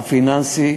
הפיננסי,